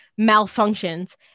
malfunctions